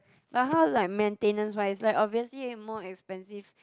but how like maintenance wise like obviously more expensive